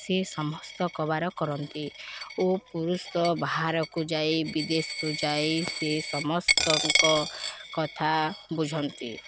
ସେ ସମସ୍ତ କରନ୍ତି ଓ ପୁରୁଷ ବାହାରକୁ ଯାଇ ବିଦେଶକୁ ଯାଇ ସିଏ ସମସ୍ତଙ୍କ କଥା ବୁଝନ୍ତି